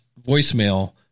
voicemail